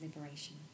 liberation